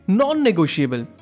non-negotiable